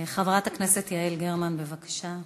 חברת הכנסת יעל גרמן, בבקשה.